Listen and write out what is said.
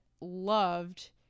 loved